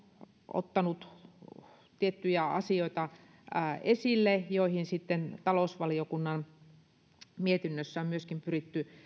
ottanut esille tiettyjä asioita joihin talousvaliokunnan mietinnössä on myöskin pyritty